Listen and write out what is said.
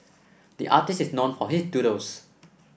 the artist is known for his doodles